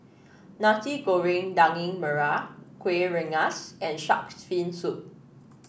Nasi Goreng Daging Merah Kuih Rengas and shark's fin soup